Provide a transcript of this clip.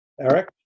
Eric